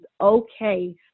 okay